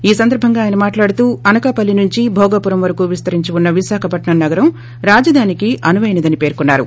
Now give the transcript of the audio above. ఈ సందర్భంగా ఆయన మాట్లాడుతూ అనకాపల్లి నుంచి భోగాపురం వరకు విస్తరించి ఉన్న విశాఖపట్నం నగరం రాజధానికి అనువైనదని పేర్కొన్నారు